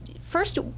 First